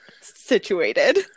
situated